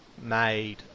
made